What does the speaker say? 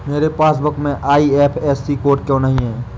मेरे पासबुक में IFSC code क्यो नहीं है?